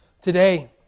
Today